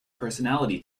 personality